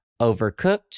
overcooked